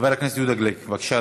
חבר הכנסת יהודה גליק, בבקשה,